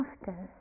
Often